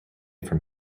from